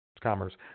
commerce